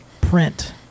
print